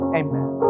amen